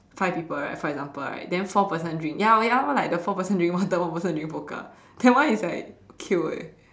five people right for example right then four person drink ya ya like the four person drink water one person drink vodka that one is like will kill eh